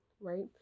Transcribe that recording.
right